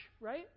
right